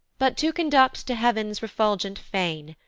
but to conduct to heav'ns refulgent fane,